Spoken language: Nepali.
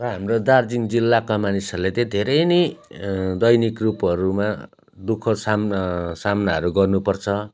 र हाम्रा दार्जिलिङ जिल्लाका मानिसहरूले चाहिँ धेरै नै दैनिक रूपहरूमा दुःख सामना सामनाहरू गर्नुपर्छ